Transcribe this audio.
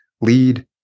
lead